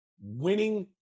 winning